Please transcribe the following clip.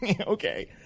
okay